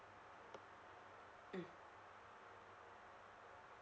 mm